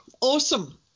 awesome